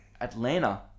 Atlanta